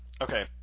Okay